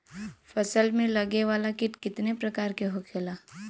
फसल में लगे वाला कीट कितने प्रकार के होखेला?